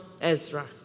Ezra